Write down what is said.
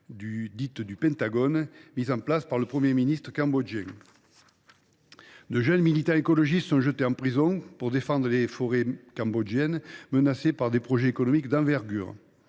dite du pentagone, mise en place par le Premier ministre cambodgien. De jeunes militants écologistes sont jetés en prison parce qu’ils défendent les forêts cambodgiennes, menacées par des projets économiques d’envergure.